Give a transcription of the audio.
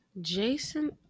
Jason